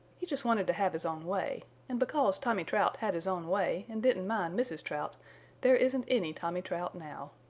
he just wanted to have his own way, and because tommy trout had his own way and didn't mind mrs. trout there isn't any tommy trout now.